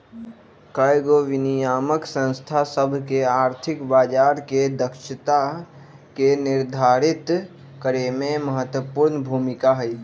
कयगो विनियामक संस्था सभ के आर्थिक बजार के दक्षता के निर्धारित करेमे महत्वपूर्ण भूमिका हइ